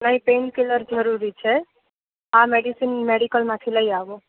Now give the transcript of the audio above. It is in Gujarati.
નઈ તમારી પેનકીલર જરૂરી છે આ મેડિસિન મેડિકલમાંથી લઈ આવો